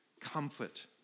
comfort